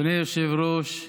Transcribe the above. אדוני היושב-ראש,